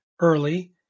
early